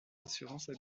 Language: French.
assurances